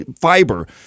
fiber